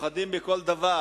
פוחדים מכל דבר